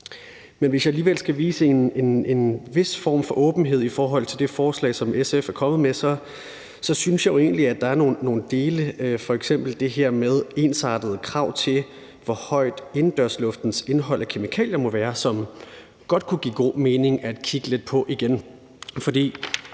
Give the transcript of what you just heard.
Men hvis jeg alligevel skal vise en vis form for åbenhed i forhold til det forslag, som SF er kommet med, så synes jeg jo egentlig, at der er nogle dele, f.eks. det her med ensartede krav til, hvor højt indendørsluftens indhold af kemikalier må være, som det godt kunne give god mening at kigge lidt på igen.